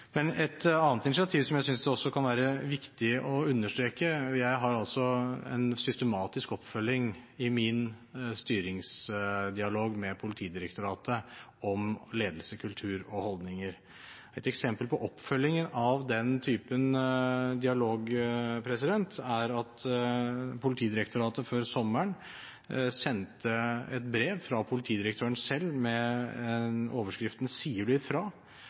Jeg har en systematisk oppfølging i min styringsdialog med Politidirektoratet om ledelse, kultur og holdninger. Et initiativ som jeg synes det kan være viktig å understreke, er et eksempel på oppfølgingen av den typen dialog, nemlig at Politidirektoratet før sommeren sendte et brev fra politidirektøren selv med overskriften «Sier du ifra?»